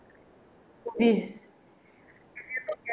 this